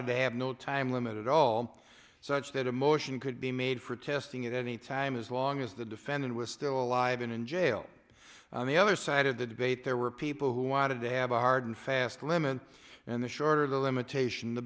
to have no time limit at all such that a motion could be made for testing at any time as long as the defendant was still alive and in jail on the other side of the debate there were people who wanted to have a hard and fast limit and the shorter the limitation the